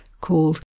called